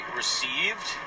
received